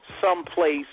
someplace